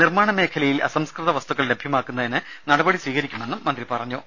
നിർമാണ മേഖലയിൽ അസംസ്കൃത വസ്തുക്കൾ ലഭ്യമാകുന്നതിന് നടപടികൾ സ്വീകരിക്കുമെന്ന് മന്ത്രി പറഞ്ഞു